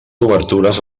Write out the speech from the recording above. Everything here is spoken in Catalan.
obertures